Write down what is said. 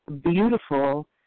beautiful